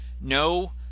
no